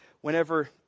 whenever